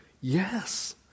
Yes